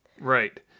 Right